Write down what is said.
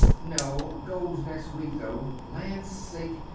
no. goes next week, though. land's sakes,